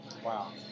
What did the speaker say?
Wow